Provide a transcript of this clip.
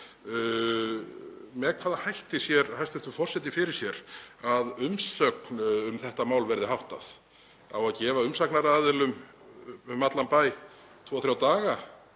Með hvaða hætti sér hæstv. forseti fyrir sér að umsögnum um þetta mál verði háttað? Á að gefa umsagnaraðilum um allan bæ tvo,